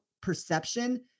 perception